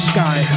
Sky